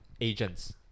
agents